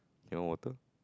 you want water